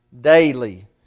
daily